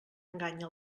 enganya